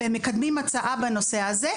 והם מקדמים הצעה בנושא הזה.